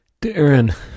Darren